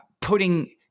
putting